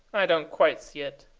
i don't quite see it.